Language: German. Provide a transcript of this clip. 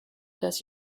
das